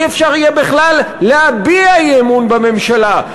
לא יהיה אפשר בכלל להביע אי-אמון בממשלה,